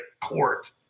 court